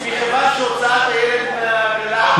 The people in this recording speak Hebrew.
מכיוון שהוצאת הילד מהעגלה,